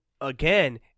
again